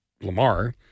Lamar